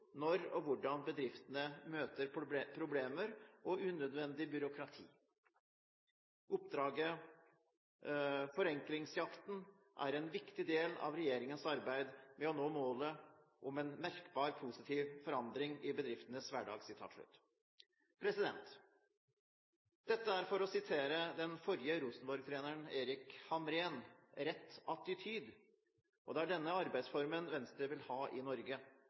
når og hvordan bedriftene møter problemer og unødvendig byråkrati. Oppdraget «Förenklingsjakten» er en viktig del av regjeringens arbeid med å nå målet om en merkbar positiv forandring i bedriftenes hverdag. Dette er, for å sitere den tidligere Rosenborg-treneren Erik Hamrén, «rätt attityd». Det er denne arbeidsformen Venstre vil ha i Norge.